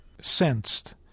sensed